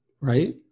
Right